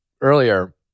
earlier